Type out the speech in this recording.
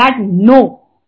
no